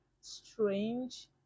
strange